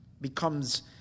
becomes